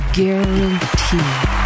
guaranteed